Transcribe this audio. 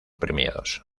premiados